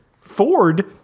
Ford